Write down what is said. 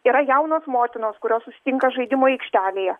yra jaunos motinos kurios susitinka žaidimų aikštelėje